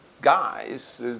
guys